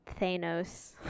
thanos